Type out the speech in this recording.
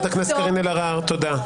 חברת הכנסת קארין אלהרר, תודה.